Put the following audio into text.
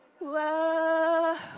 Whoa